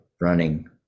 running